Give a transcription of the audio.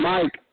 Mike